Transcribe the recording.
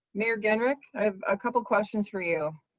mayor genrich, i have a couple of questions for you.